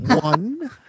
One